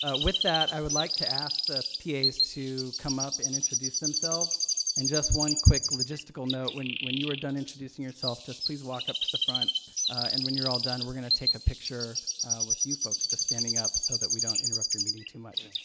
ah with that i would like to ask the pas to come up and introduce themselves and just one quick logistical note, when when you are done introducing yourself just please walk up to the front and when you're all done we're gonna take a picture with you folks just standing up so that we don't interrupt your meeting too much.